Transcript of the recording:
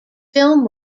film